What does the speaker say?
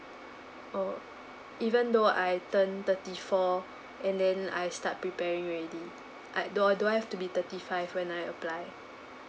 oh even though I turn thirty four and then I start preparing already I or do I have to be thirty five when I apply